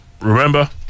Remember